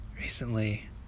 recently